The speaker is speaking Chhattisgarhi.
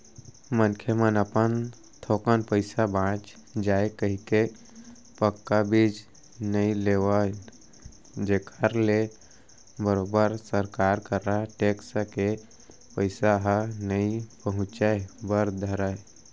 मनखे मन अपन थोकन पइसा बांच जाय कहिके पक्का बिल नइ लेवन जेखर ले बरोबर सरकार करा टेक्स के पइसा ह नइ पहुंचय बर धरय